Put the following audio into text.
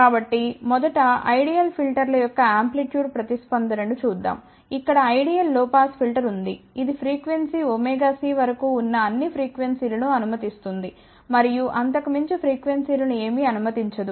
కాబట్టి మొదట ideal filter ల యొక్క ఆంప్లిట్యూడ్ ప్రతిస్పందనను చూద్దాం ఇక్కడ ఐడియల్ లొ పాస్ ఫిల్టర్ ఉంది ఇది ఫ్రీక్వెన్సీωc వరకు ఉన్న అన్ని ఫ్రీక్వెన్సీ లను అనుమతిస్తుంది మరియు అంతకు మించి ఫ్రీక్వెన్సీ లను ఏమీ అనుమతించదు